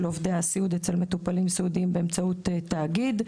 עובדי הסיעוד אצל מטופלים סיעודיים באמצעות תאגיד.